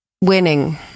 winning